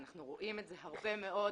ואנחנו רואים את זה הרבה מאוד,